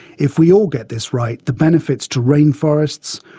if we all get this right, the benefits to rainforests,